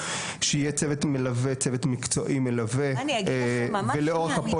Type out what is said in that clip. שיהיה צוות מקצועי מלווה --- אני אגיד לכם מה --- יסמין,